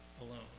alone